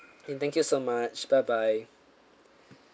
okay thank you so much bye bye